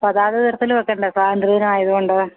പതാക ഉയർത്തൽ വെക്കണ്ടേ സ്വതന്ത്ര ദിനം ആയത് കൊണ്ട്